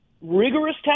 rigorous